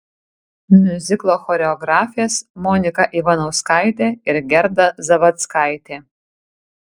miuziklo choreografės monika ivanauskaitė ir gerda zavadzkaitė